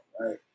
right